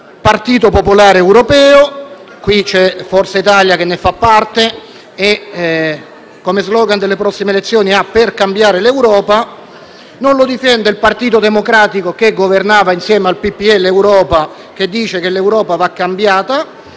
Partito Popolare Europeo; qui c'è Forza Italia che ne fa parte e il suo *slogan* per le prossime elezioni è: «Per cambiare l'Europa»; non la difende il Partito Democratico, che governava insieme al PPL Europa, che dice che l'Europa va cambiata,